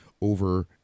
over